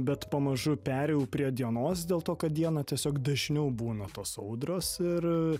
bet pamažu perėjau prie dienos dėl to kad dieną tiesiog dažniau būna tos audros ir